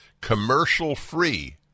commercial-free